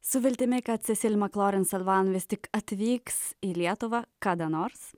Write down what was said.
su viltimi kad sesil maklorin selvan vis tik atvyks į lietuvą kada nors